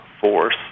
force